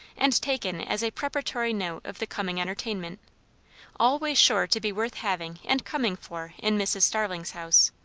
and taken as a preparatory note of the coming entertainment always sure to be worth having and coming for in mrs. starling's house.